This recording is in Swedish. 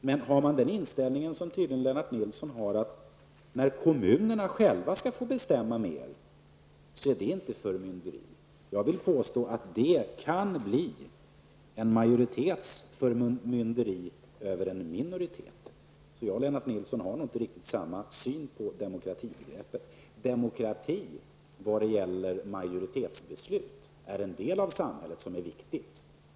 Men har man inställningen som Lennart Nilsson har att när kommunerna själva skall få bestämma mer, är det inte förmynderi. Jag vill påstå att det kan bli en majoritets förmynderi över en minoritet. Lennart Nilsson och jag har nog inte samma syn på demokratibegreppet. Demokrati i majoritetsbeslut är en del av samhället som är viktig.